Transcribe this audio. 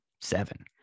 seven